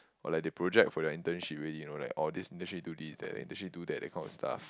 or like they project for your internship already you know like oh this internship do this that internship do that that kind of stuff